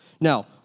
Now